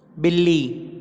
बिल्ली